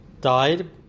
died